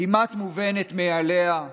כמעט מובנת מאליה,